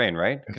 right